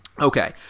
Okay